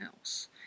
else